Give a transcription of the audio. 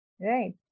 right